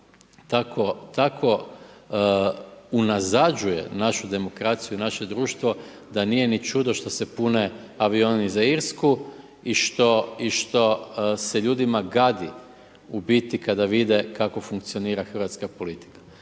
Tako unazađuje našu demokraciju, naše društvo da nije ni čudo što se pune avioni za Irsku i što se ljudima gadi u biti kada vide kako funkcionira hrvatska politika.